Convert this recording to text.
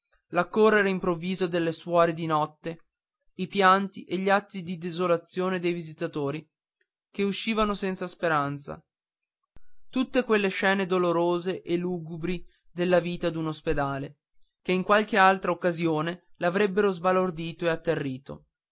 moribondi l'accorrere improvviso delle suore di notte i pianti e gli atti di desolazione dei visitatori che uscivano senza speranza tutte quelle scene dolorose e lugubri della vita d'un ospedale che in qualunque altra occasione l'avrebbero sbalordito e atterrito